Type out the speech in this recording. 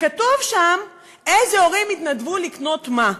וכתוב שם איזה הורים יתנדבו לקנות מה.